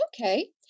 Okay